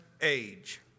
age